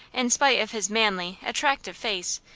in spite of his manly, attractive face,